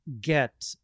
get